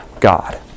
God